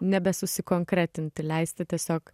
nebesusikonkretinti leisti tiesiog